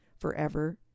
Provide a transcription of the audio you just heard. forever